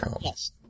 Yes